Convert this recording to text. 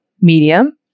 medium